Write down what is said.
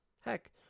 Heck